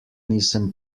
nisem